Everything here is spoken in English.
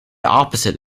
opposite